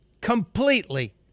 completely